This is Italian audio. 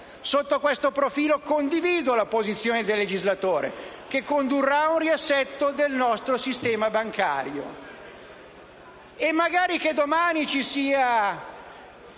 Sotto questo profilo, condivido la posizione del legislatore che condurrà ad un riassetto del nostro sistema bancario".